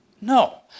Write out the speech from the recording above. No